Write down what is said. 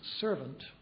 servant